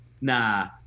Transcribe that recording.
nah